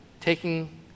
Taking